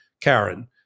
Karen